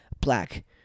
black